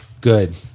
Good